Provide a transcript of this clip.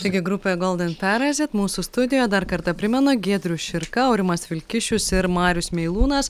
taigi grupė golden perazit mūsų studijoj dar kartą primenu giedrius širka aurimas vilkišius ir marius meilūnas